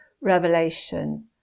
revelation